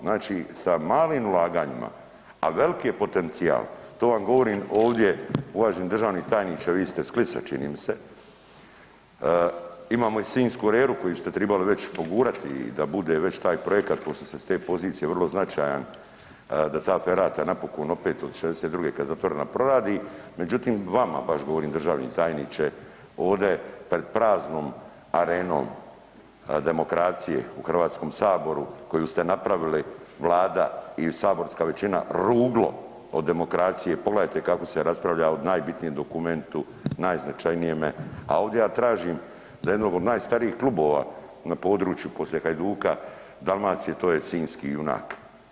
Znači sa malim ulaganjima, a velik je potencijal, to vam govorim ovdje uvaženi državni tajniče vi ste s Klisa čini mi se, imamo i sinjsku reru koju ste tribali već pogurati da bude već taj projekat pošto ste s te pozicije vrlo značajan da ta ferata napokon opet od '62. kad je zatvorena proradi, međutim vama baš govorim državni tajniče ovde pred praznom arenom demokracije u Hrvatskom saboru koju ste napravili Vlada i saborska većina, ruglo od demokracije, pogledajte kako se raspravlja o najbitnijem dokumentu, najznačajnijem, a ovdje ja tražim za jednog od najstarijih klubova na području poslije Hajduka to je sinjski Junak.